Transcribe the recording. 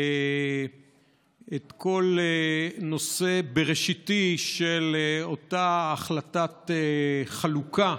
כל הנושא הבראשיתי של אותה החלטת חלוקה,